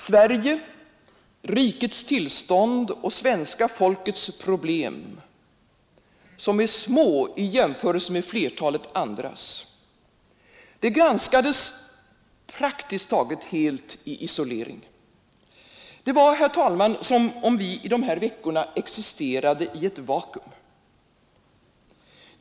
Sverige, rikets tillstånd och svenska folkets problem — små i jämförelse med flertalet andras — granskades praktiskt taget helt i isolering. Det var, herr talman, som om vi i dessa veckor existerade i ett vakuum.